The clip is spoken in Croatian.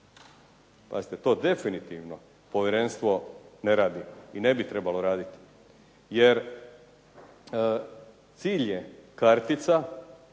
Pazite, to definitivno povjerenstvo ne radi i ne bi trebalo raditi jer cilj je kartica